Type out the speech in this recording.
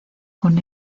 con